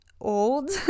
old